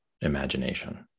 imagination